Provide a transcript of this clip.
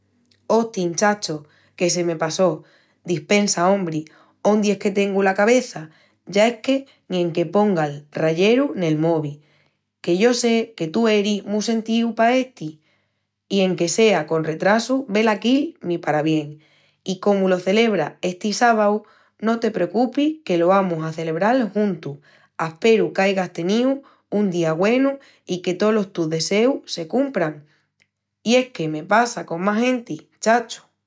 Ostin, chacho! Que se me passó! Dispensa, ombri! Óndi es que tengu la cabeça? Ya es que ni enque ponga'l rayeru nel mobi! Que yo sé que tú eris mu sentíu pa esti i enque sea con retrasu velaquí'l mi parabién. I comu lo celebras esti sábau no te precupis que lo amus a celebral juntus. Asperu qu'aigas teníu un día güenu i que tolos tus deseus se cumpran! Si es que me passa con más genti, chacho!